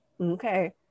Okay